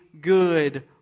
good